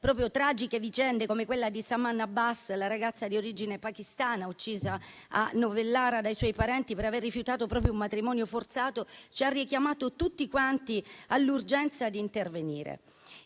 proprio la tragica vicenda di Saman Abbas, la ragazza di origine pakistana uccisa a Novellara dai suoi parenti per aver rifiutato proprio un matrimonio forzato, ci ha richiamato tutti quanti all'urgenza di intervenire.